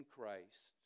Christ